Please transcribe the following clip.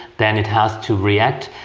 then it has to react.